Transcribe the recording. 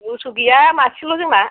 मोसौ गैया मासेल' जोंना